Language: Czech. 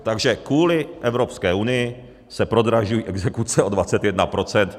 Takže kvůli Evropské unii se prodražují exekuce o 21 %.